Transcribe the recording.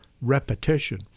repetition